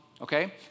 okay